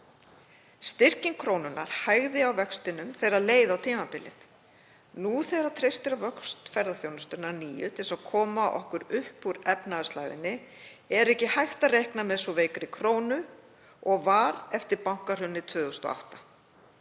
Styrking krónunnar hægði á vextinum þegar leið á tímabilið. Nú þegar treyst er á vöxt ferðaþjónustunnar að nýju til að koma okkur upp úr efnahagslægðinni er ekki hægt að reikna með svo veikri krónu og var eftir bankahrunið 2008.